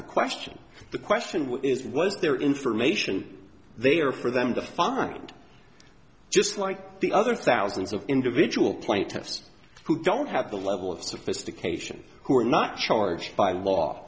the question the question is was there information there for them to find just like the other thousands of individual plaintiffs who don't have the level of sophistication who are not charged by law